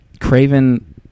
Craven